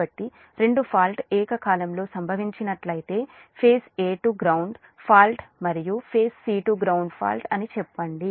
కాబట్టి రెండు ఫాల్ట్ ఏకకాలంలో సంభవించినట్లయితే phase A to ground fault మరియు phase C to ground fault అని చెప్పండి